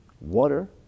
water